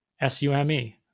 S-U-M-E